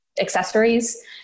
accessories